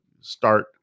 start